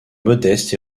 modeste